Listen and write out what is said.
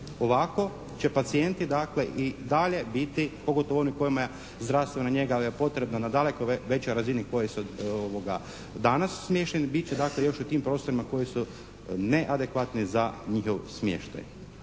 Ovako će pacijenti dakle i dalje biti, pogotovo oni kojima je zdravstvena njega potrebna na daleko većoj razini kojoj su danas smješteni bit će dakle još u tim prostorima koji su neadekvatni za njihov smještaj.